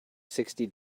sixty